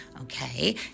okay